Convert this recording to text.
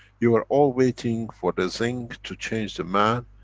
you are all waiting for the zinc to change the man.